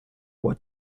what